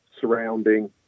surrounding